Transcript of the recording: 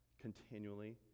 continually